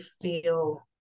feel